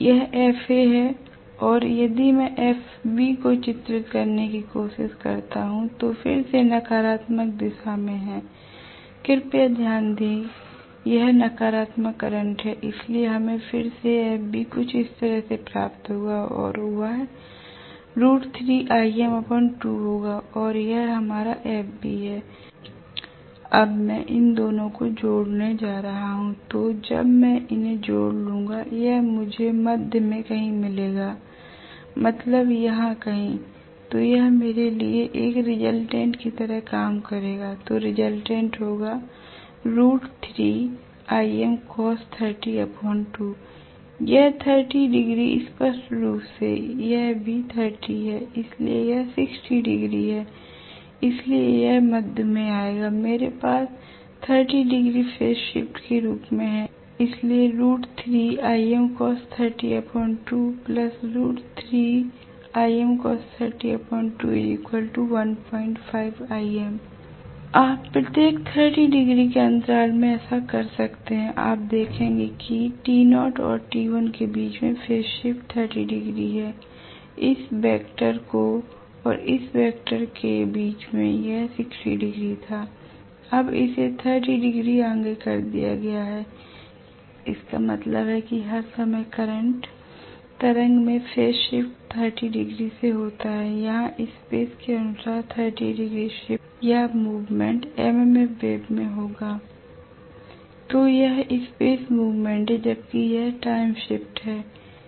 यह FA है और यदि मैं FB को चित्रित करने की कोशिश करता हूं तो फिर से नकारात्मक दिशा में है कृपया ध्यान दें यह नकारात्मक करंट है इसलिए हमें फिर से FB कुछ इस तरह से प्राप्त होगा और वह होगा और यह हमारा FB है l अब मैं इन दोनों को जोडने करने जा रहा हूं तो जब मैं इन्हें जोड लूंगा यह मुझे मध्य में कहीं मिलेगा मतलब यहां कहीं तो यह मेरे लिए एक रिजल्टेंट की तरह काम करेगा l तो रिजल्टेंट होगा यह 30 डिग्री स्पष्ट रूप से यह भी 30 है इसलिए यह 60 डिग्री है इसलिए यह मध्य में आएगा l मेरे पास 30 डिग्री फेस शिफ्ट के रूप में है इसलिए आप प्रत्येक 30 डिग्री के अंतराल में ऐसा कर सकते हैं आप देखेंगे कि t0 और t1 के बीच में फेस शिफ्ट 30 डिग्री है l इस वेक्टर और इस वेक्टर के बीच में यह 60 डिग्री था अब इसे 30 डिग्री आगे कर दिया गया है इसका मतलब है कि हर समय करंट तरंग में फेज शिफ्ट 30 डिग्री से होता है यहां स्पेस के अनुसार 30 डिग्री शिफ्ट या मूवमेंट MMF वेब में होगा l तो यह स्पेस मूवमेंट है जबकि यह टाइम शिफ्ट है